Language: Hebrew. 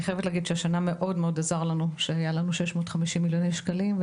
אני חייבת להגיד שהשנה זה מאוד עזר לנו שהיו לנו 650 מיליון שקלים,